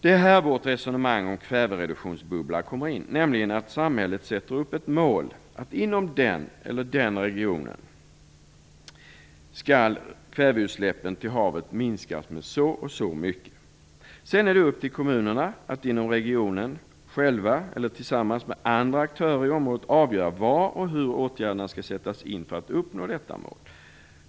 Det är här vårt resonemang om kvävereduktionsbubbla kommer in, nämligen att samhället sätter upp ett mål att kväveutsläppen till havet inom den eller den regionen skall minskas med så och så mycket. Sedan är det upp till kommunerna inom regionen att själva eller tillsammans med andra aktörer i området avgöra var och hur åtgärderna skall sättas in för att uppnå detta mål.